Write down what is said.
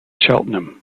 cheltenham